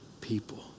people